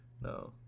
No